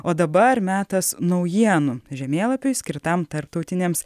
o dabar metas naujienų žemėlapiui skirtam tarptautinėms